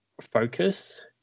focus